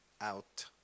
out